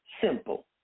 simple